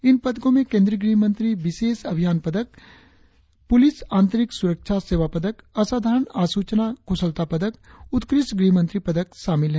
इन पदकों में केंद्रीय गृह मंत्री विशेष अभियान पदक पुलिस आंतरिक सुरक्षा सेवा पदक असाधारण आसूचना कुशलता पदक उत्कृष्ट गृहमंत्री पदक शामिल हैं